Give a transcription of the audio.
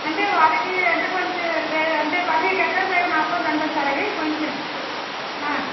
అంటే వాళ్ళకి అంటే కొంచె రే అంటే అవి గెట్ వన్ బయ్ వన్ ఆఫర్లు ఉండవు సార్ అవి కొంచెం